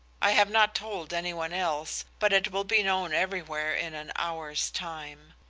i have not told any one else, but it will be known everywhere in an hour's time.